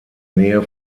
nähe